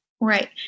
Right